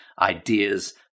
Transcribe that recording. ideas